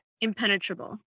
impenetrable